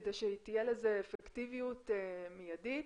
כדי שתהיה לזה אפקטיביות מיידית.